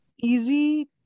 easy